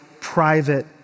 private